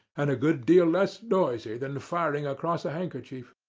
and a good deal less noisy than firing across a handkerchief.